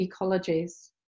ecologies